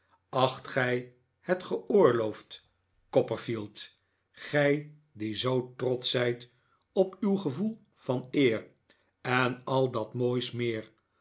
acht gij het geoorloofd copperfield gij die zoo trotsch zijt op uw gevoel van eer en al dat moois meer